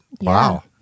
Wow